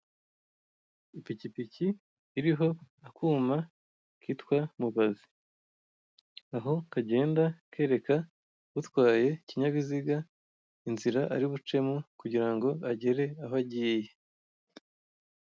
Ipikipiki iriho akuma kitwa mubazi aho kagenda kereka utwaye ikinyabiziga inzira ari bucemo kugira ngo agere aho agiye.